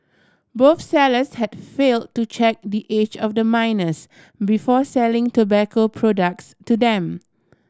both sellers had fail to check the age of the minors before selling tobacco products to them